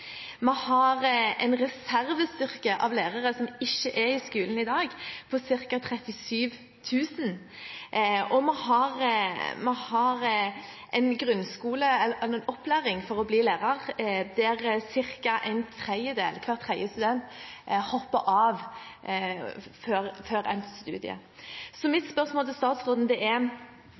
skolen i dag, på ca. 37 000, og vi har en opplæring for å bli lærer der ca. en tredjedel – hver tredje student – hopper av før endt studium. Mitt spørsmål til statsråden er: